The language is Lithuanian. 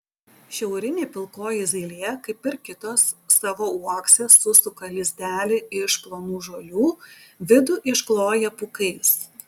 šiaurinė pilkoji zylė kaip ir kitos savo uokse susuka lizdelį iš plonų žolių vidų iškloja pūkais